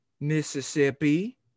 mississippi